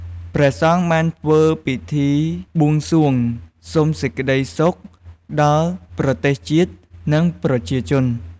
ព្រះសង្ឃបានធ្វើពិធីបួងសួងសុំសេចក្តីសុខដល់ប្រទេសជាតិ និងប្រជាជន។